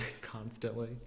constantly